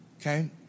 Okay